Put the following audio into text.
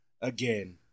again